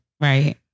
Right